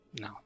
No